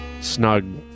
snug